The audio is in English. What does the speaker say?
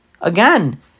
again